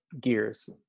gears